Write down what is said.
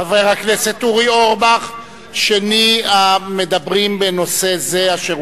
חבר הכנסת אורי אורבך שני במדברים בנושא זה אשר